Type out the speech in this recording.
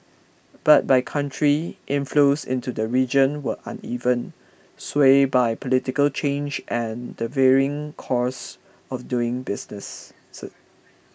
but by country inflows into the region were uneven swayed by political change and the varying costs of doing business so